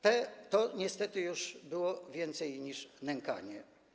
To niestety już było więcej niż nękanie.